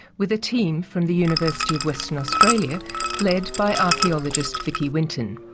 with a team from the university of western australia led by archaeologist vicky winton.